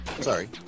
Sorry